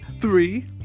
three